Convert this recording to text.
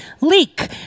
leak